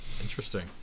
Interesting